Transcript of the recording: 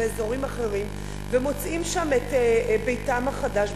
באזורים אחרים ומוצאים שם את ביתם החדש,